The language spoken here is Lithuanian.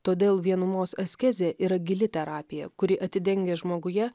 todėl vienumos askezė yra gili terapija kuri atidengia žmoguje